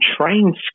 train